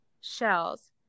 shells